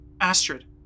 Astrid